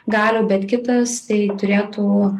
galių bet kitas tai turėtų